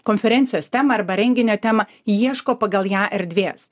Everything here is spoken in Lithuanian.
konferencijos temą arba renginio temą ieško pagal ją erdvės